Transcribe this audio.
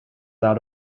out